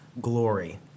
glory